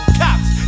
cops